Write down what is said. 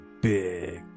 big